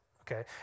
okay